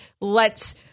lets